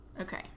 Okay